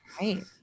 right